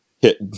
hit